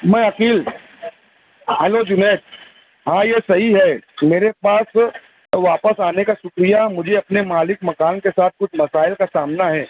میں عقیل ہلو جنید ہاں یہ صحیح ہے میرے پاس واپس آنے کا شکریہ مجھے اپنے مالک مکان کے ساتھ کچھ مسائل کا سامنا ہے